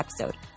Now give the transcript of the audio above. episode